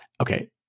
Okay